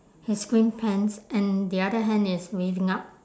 his green pants and the other hand is raising up